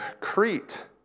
Crete